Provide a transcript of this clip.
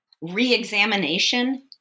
re-examination